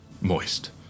moist